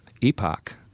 epoch